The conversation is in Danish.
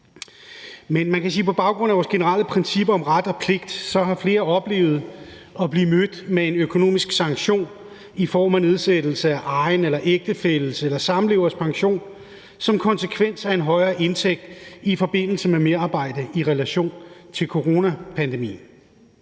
at på baggrund af vores generelle princip om ret og pligt har flere oplevet at blive mødt med en økonomisk sanktion i form af nedsættelse af egen eller ægtefælles eller samlevers pension som konsekvens af en højere indtægt i forbindelse med merarbejde i relation til coronapandemien.